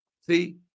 See